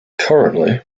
currently